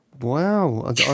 wow